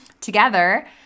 together